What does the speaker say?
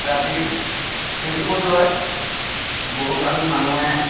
ৰাতি প্ৰীতিভোজ হয় বহুত আমি মানুহে